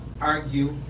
argue